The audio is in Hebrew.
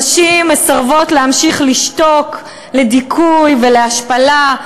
נשים מסרבות להמשיך לשתוק על דיכוי והשפלה.